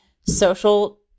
social